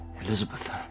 Elizabeth